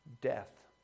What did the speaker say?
death